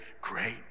great